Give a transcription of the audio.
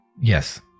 yes